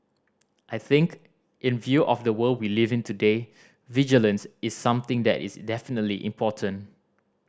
I think in view of the world we live in today vigilance is something that is definitely important